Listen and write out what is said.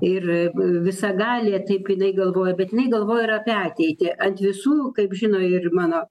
ir visagalė taip jinai galvoja bet jinai galvoja ir apie ateitį ant visų kaip žino ir mano